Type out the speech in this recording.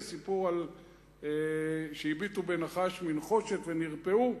זה סיפור שהביטו בנחש מנחושת ונרפאו.